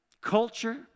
culture